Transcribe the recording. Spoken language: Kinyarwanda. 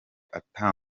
ata